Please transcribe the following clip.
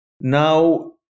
Now